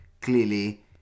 clearly